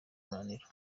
umunaniro